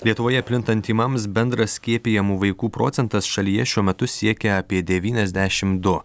lietuvoje plintant tymams bendras skiepijamų vaikų procentas šalyje šiuo metu siekia apie devyniasdešim du